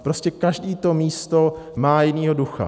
Prostě každé to místo má jiného ducha.